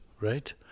right